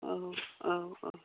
औ औ औ